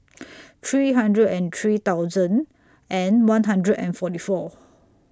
three hundred and three thousand one hundred and forty four